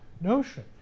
notion